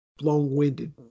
long-winded